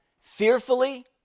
fearfully